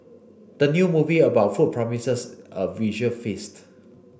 the new movie about food promises a visual feast